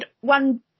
one